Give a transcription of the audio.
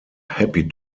happy